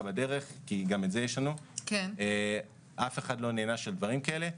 בדרך גם את זה יש לנו אף אחד לא נענש על דברים כאלה.